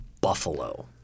Buffalo